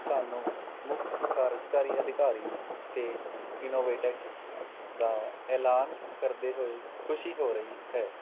ਸਾਨੂੰ ਮੁੱਖ ਕਾਰਜਕਾਰੀ ਅਧਿਕਾਰੀ ਅਤੇ ਇਨੋਵੇਟਐਕਸ ਦਾ ਐਲਾਨ ਕਰਦੇ ਹੋਏ ਖੁਸ਼ੀ ਹੋ ਰਹੀ ਹੈ